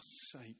sake